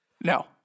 No